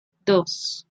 dos